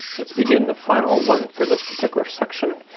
let's begin the final one for this particular section.